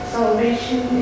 Salvation